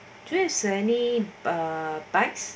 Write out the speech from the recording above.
do you has any uh bites